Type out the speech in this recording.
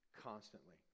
constantly